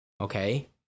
okay